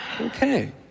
Okay